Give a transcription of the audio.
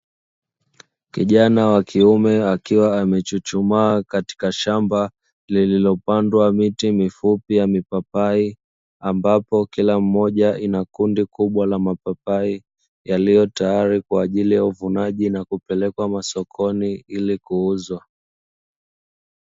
Kijana wa kiume akiwa amechuchumaa katika shamba lililo pandwa miti mifupi ya mipapai ambapo kila mmoja ina kundi kubwa la mapapai yalikiwa tayari kwa ajili ya uvunaji na kupelekwa masokoni ili kuuzwa.